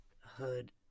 hood